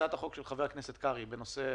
הצעת החוק של חבר הכנסת קרעי בנושא